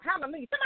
Hallelujah